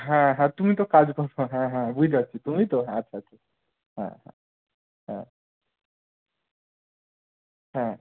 হ্যাঁ হ্যাঁ তুমি তো কাজ করো হ্যাঁ হ্যাঁ বুঝতে পারছি তুমিই তো হ্যাঁ আচ্ছা আচ্ছা হ্যাঁ হ্যাঁ হ্যাঁ